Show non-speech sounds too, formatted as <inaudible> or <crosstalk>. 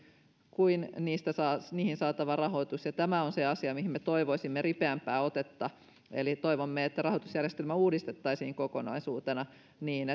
kuin niihin saatava rahoitus ja tämä on se asia mihin me toivoisimme ripeämpää otetta eli toivomme että rahoitusjärjestelmä uudistettaisiin kokonaisuutena niin <unintelligible>